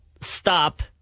stop